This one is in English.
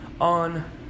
on